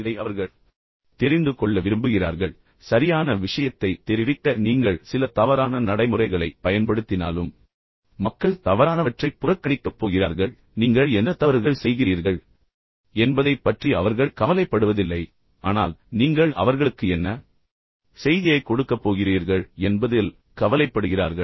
இதை அவர்கள் தெரிந்து கொள்ள விரும்புகிறார்கள் ஆனால் சரியான விஷயத்தை தெரிவிக்க நீங்கள் சில தவறான நடைமுறைகளைப் பயன்படுத்தினாலும் மக்கள் தவறானவற்றைப் புறக்கணிக்கப் போகிறார்கள் ஏனெனில் நீங்கள் என்ன தவறுகள் செய்கிறீர்கள் என்பதைப் பற்றி அவர்கள் கவலைப்படுவதில்லை ஆனால் நீங்கள் அவர்களுக்கு என்ன செய்தியை கொடுக்கப் போகிறீர்கள் என்பதில் அவர்கள் உண்மையில் கவலைப்படுகிறார்கள்